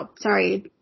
Sorry